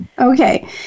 Okay